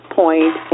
point